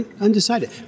undecided